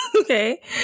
Okay